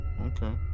Okay